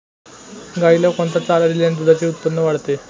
गाईला कोणता चारा दिल्याने दुधाचे उत्पन्न वाढते?